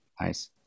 Nice